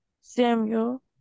Samuel